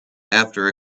after